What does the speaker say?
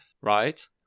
right